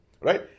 right